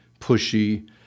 pushy